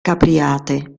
capriate